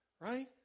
right